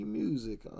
music